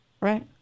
Right